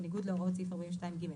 בניגוד להוראות סעיף 42(ג).